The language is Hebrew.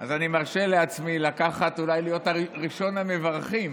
אז אני מרשה לעצמי להיות אולי ראשון המברכים,